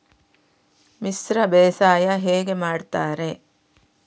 ಮಿಶ್ರ ಬೇಸಾಯ ಹೇಗೆ ಮಾಡುತ್ತಾರೆ?